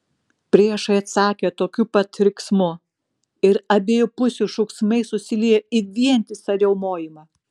priešai atsakė tokiu pat riksmu ir abiejų pusių šūksmai susiliejo į vientisą riaumojimą